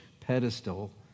pedestal